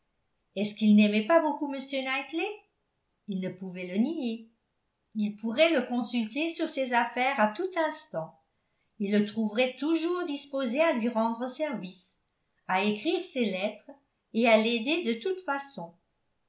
est-ce qu'il n'aimait pas beaucoup m knightley il ne pouvait le nier il pourrait le consulter sur ses affaires à tout instant il le trouverait toujours disposé à lui rendre service à écrire ses lettres et à l'aider de toute façon